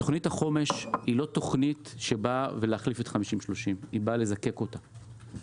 תוכנית החומש לא באה להחליף את תוכנית 50-30. היא באה לזקק אותה.